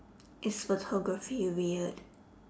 is photography weird